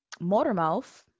Motormouth